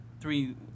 three